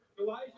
Elijah